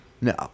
No